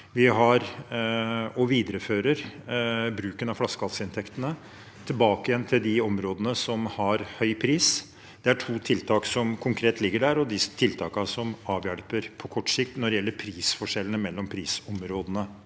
prisene og viderefører bruken av flaskehalsinntektene tilbake til de områdene som har høy pris. Det er to tiltak som konkret ligger der, og det er tiltak som avhjelper på kort sikt når det gjelder prisforskjellene mellom prisområdene.